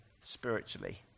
spiritually